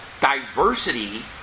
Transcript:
diversity